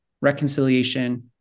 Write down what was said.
reconciliation